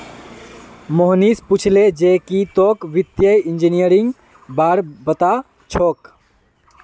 मोहनीश पूछले जे की तोक वित्तीय इंजीनियरिंगेर बार पता छोक